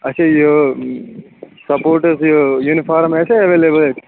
اچھا یہِ سپورٹٕس یہِ یوٗنفارم آسیا ایویلیبٕل اَتہِ